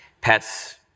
pets